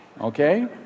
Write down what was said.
okay